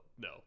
no